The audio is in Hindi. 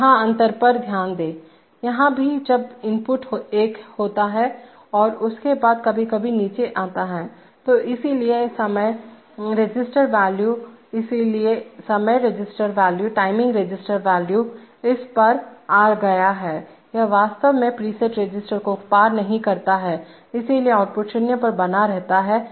अब यहाँ अंतर पर ध्यान दें यहाँ भी जब इनपुट एक होता है और उसके बाद कभी कभी नीचे आता है तो इसलिए समय रजिस्टर वॉल्यू इसलिए समय रजिस्टर वॉल्यू इस पर आ गया यह वास्तव में प्रीसेट रजिस्टर को पार नहीं करता है इसलिए आउटपुट 0 पर बना रहता है